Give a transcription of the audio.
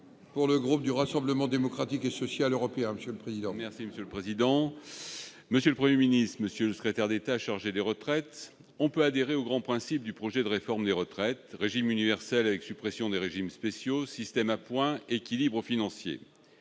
pour le groupe du Rassemblement Démocratique et Social Européen. Monsieur le Premier ministre, monsieur le secrétaire d'État chargé des retraites, on peut adhérer aux grands principes du projet de réforme des retraites : régime universel avec suppression des régimes spéciaux, système à points, équilibre financier.